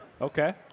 Okay